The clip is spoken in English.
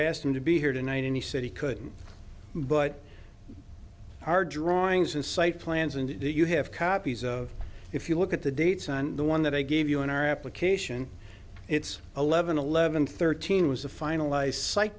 i asked him to be here tonight and he said he couldn't but our drawings and site plans and you have copies of if you look at the dates on the one that i gave you in our application it's eleven eleven thirteen was to final